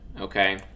okay